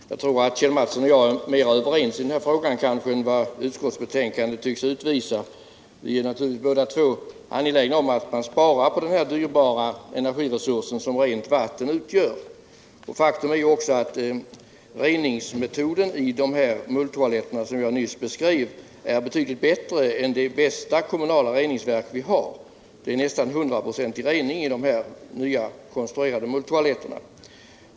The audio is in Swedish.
Herr talman! Jag tror att Kjell Mattsson och jag är mera överens i denna fråga än vad utskottsbetänkandet tycks utvisa. Vi är naturligtvis båda två angelägna om att man skall spara på den encergimässigt dyrbara naturresurs som rent vatten utgör. Faktum är också att den reningsmetod som tillämpas i de mulltoaletter jag nyss beskrivit är betydligt bättre än den som används i de bästa kommunala reningsverken. Dessa nykonstruerade mulltoaletter ger en nästan 100-procentig rening.